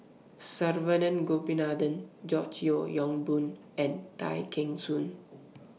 Saravanan Gopinathan George Yeo Yong Boon and Tay Kheng Soon